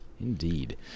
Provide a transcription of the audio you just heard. Indeed